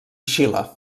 xile